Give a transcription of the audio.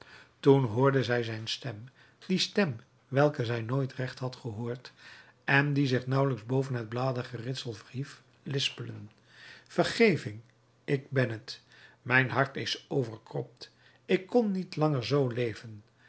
toen hoorde zij zijn stem die stem welke zij nooit recht had gehoord en die zich nauwelijks boven het bladerengeritsel verhief lispelen vergeving ik ben het mijn hart is overkropt ik kon niet langer zoo leven